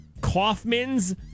Kaufman's